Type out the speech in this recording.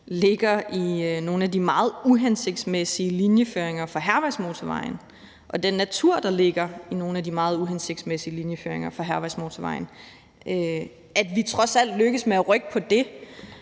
ved nogle af de meget uhensigtsmæssige linjeføringer for Hærvejsmotorvejen, og den natur, der ligger ved nogle af de meget uhensigtsmæssige linjeføringer for Hærvejsmotorvejen. Vi er trods alt lykkedes med at rykke på det.